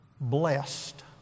blessed